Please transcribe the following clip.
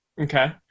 Okay